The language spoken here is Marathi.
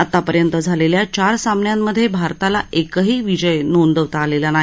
आतापर्यंत झालेल्या चार सामन्यांमधे भारताला एकही विजय नोंदवता आलेला नाही